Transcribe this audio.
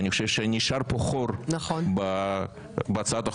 אני חושב שנשאר פה חור בהצעת החוק.